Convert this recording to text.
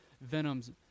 Venom's